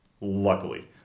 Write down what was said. Luckily